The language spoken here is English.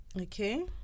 Okay